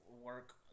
work